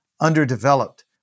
underdeveloped